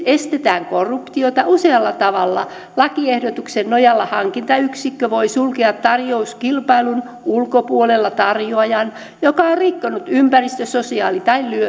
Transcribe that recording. estetään korruptiota usealla tavalla lakiehdotuksen nojalla hankintayksikkö voi sulkea tarjouskilpailun ulkopuolelle tarjoajan joka on rikkonut ympäristö sosiaali tai